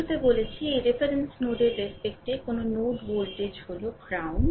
শুরুতে বলেছি এই রেফারেন্স নোডের রেস্পেক্টে কোনও নোড ভোল্টেজ হলো গ্রাউন্ড